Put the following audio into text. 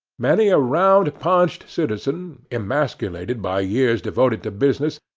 many a round-paunched citizen, emasculated by years devoted to business,